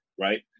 Right